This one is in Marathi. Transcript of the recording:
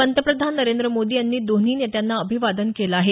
पंतप्रधान नरेंद्र मोदी यांनी दोन्ही नेत्यांना अभिवादन केलं आहे